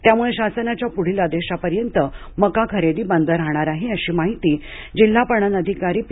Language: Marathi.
त्यामुळे शासनाच्या पुढील आदेशापर्यत मका खरेदी बंद राहणार आहे अशी माहीती जिल्हा पणन अधिकारी पी